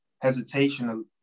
hesitation